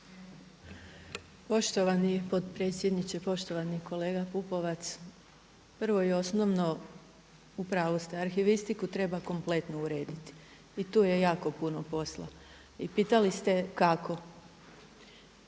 Poštovani potpredsjedniče, poštovani kolega Pupovac prvo i osnovno u pravu ste. Arhivistiku treba kompletno urediti i tu je jako puno posla. I pitali ste kako?